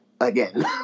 again